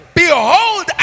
behold